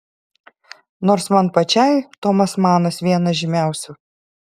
nors man pačiai tomas manas vienas žymiausių